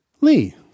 Lee